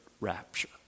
rapture